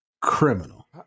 Criminal